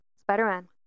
Spider-Man